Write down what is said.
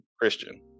Christian